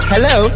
Hello